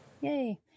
Yay